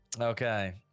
Okay